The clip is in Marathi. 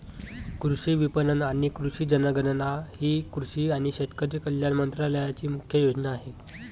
कृषी विपणन आणि कृषी जनगणना ही कृषी आणि शेतकरी कल्याण मंत्रालयाची मुख्य योजना आहे